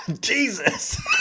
Jesus